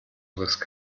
riskant